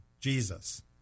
Jesus